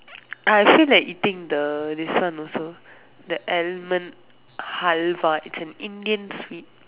I feel like eating the this one also the almond Halwa it's an Indian sweet